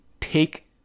take